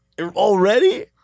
already